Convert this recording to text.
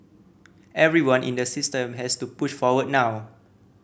everyone in the system has to push forward now